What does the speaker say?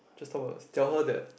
just top up her tell her that